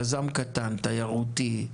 יזם קטן, תיירותי,